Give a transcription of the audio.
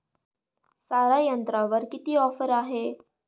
सारा यंत्रावर किती ऑफर आहे?